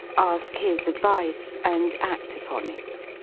ask his advice, and act upon it